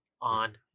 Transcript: on